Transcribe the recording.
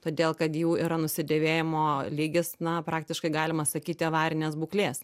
todėl kad jų yra nusidėvėjimo lygis na praktiškai galima sakyti avarinės būklės